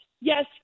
yes